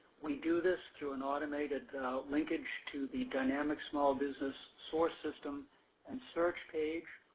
we do this through an automated linkage to the dynamic small business source system and search page.